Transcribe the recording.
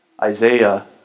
Isaiah